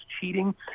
cheating